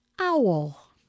Owl